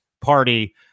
party